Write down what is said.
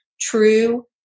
true